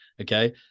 Okay